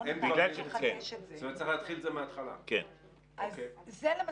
לוועדה שלא שמה דגש על כך שיש רמאויות וזיופים